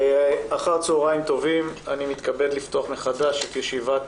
אחר הצהריים טובים, אני מתכבד לפתוח מחדש את ישיבת